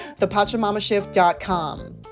thepachamamashift.com